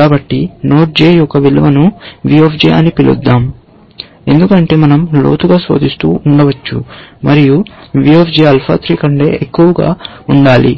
కాబట్టి node J యొక్క విలువను v అని పిలుద్దాం ఎందుకంటే మనం లోతుగా శోధిస్తూ ఉండవచ్చు మరియు v ఆల్ఫా 3 కంటే ఎక్కువగా ఉండాలి